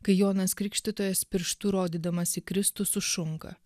kai jonas krikštytojas pirštu rodydamas į kristų sušunka